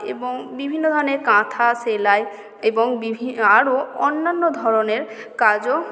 এবং বিভিন্ন ধরণের কাঁথা সেলাই এবং বিভিন্ন আরও অন্যান্য ধরণের কাজও